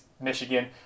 Michigan